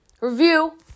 review